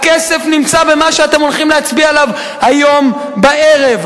הכסף נמצא במה שאתם הולכים להצביע עליו היום בערב,